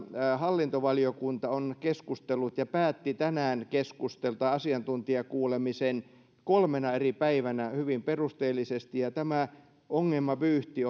hallintovaliokunta on keskustellut ja päätti tänään asiantuntijakuulemisen kolmena eri päivänä hyvin perusteellisesti ja tämä ongelmavyyhti